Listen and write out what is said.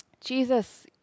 Jesus